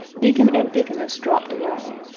deacon and deaconess dropped away,